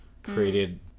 Created